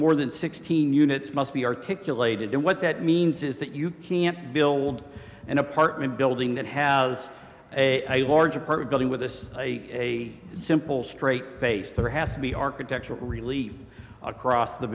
more than sixteen units must be articulated and what that means is that you can't build an apartment building that has a large part of building with this a simple straight face there has to be architecture really across the